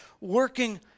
working